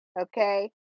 okay